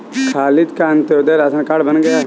खालिद का Antyodaya ration card बन गया है